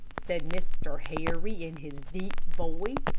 said mr. harry, in his deep voice,